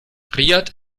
riad